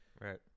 right